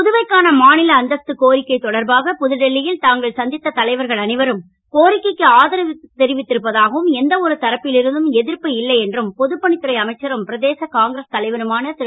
புதுவைக்கான மா ல அந்தஸ்து கோரிக்கை தொடர்பாக புதுடில்லி ல் தாங்கள் சந் த்த தலைவர்கள் அனைவரும் கோரிக்கைக்கு ஆதரவு தெரிவித்து இருப்பதாகவும் எந்த ஒரு தரப்பில் இருந்தும் எ ர்ப்பு இல்லை என்றும் பொதுப் பணித்துறை அமைச்சரும் பிரதேச காங்கிரஸ் தலைவருமான ரு